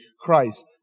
Christ